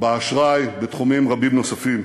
באשראי, בתחומים רבים נוספים.